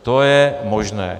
To je možné.